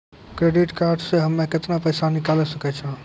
Credit card से हम्मे केतना पैसा निकाले सकै छौ?